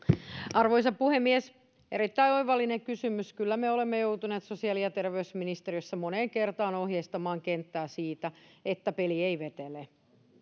arvoisa puhemies erittäin oivallinen kysymys kyllä me olemme joutuneet sosiaali ja terveysministeriössä moneen kertaan ohjeistamaan kenttää siitä että peli ei vetele